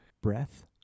breath